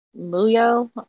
Muyo